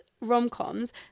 rom-coms